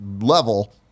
level